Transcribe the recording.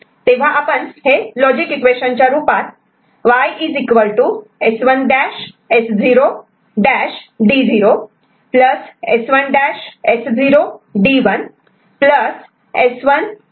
तेव्हा आपण हे लॉजिक इक्वेशन च्या रुपात Y S1'S0'D0 S1'S0D1 S1S0'D2 S1S0D3 असे लिहू शकतो